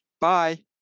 Bye